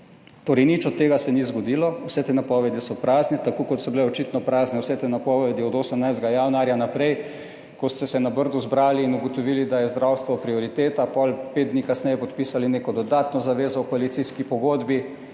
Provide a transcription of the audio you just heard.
Torej, nič od tega se ni zgodilo, vse te napovedi so prazne, tako kot so bile očitno prazne vse te napovedi od 18. januarja naprej, ko ste se na Brdu zbrali in ugotovili, da je zdravstvo prioriteta, potem 5 dni kasneje podpisali neko dodatno zavezo v koalicijski pogodbi